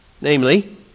Namely